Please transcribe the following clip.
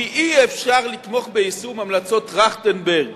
כי אי-אפשר לתמוך ביישום המלצות טרכטנברג